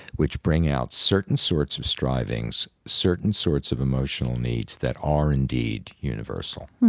which bring out certain sorts of strivings, certain sorts of emotional needs that are indeed universal